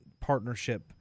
partnership